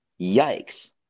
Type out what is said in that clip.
Yikes